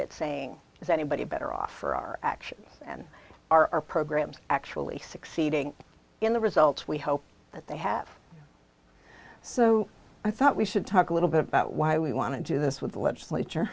at saying is anybody better off for our actions than are our programs actually succeeding in the results we hope that they have so i thought we should talk a little bit about why we want to do this with the legislature